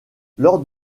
lors